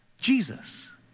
Jesus